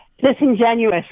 Disingenuous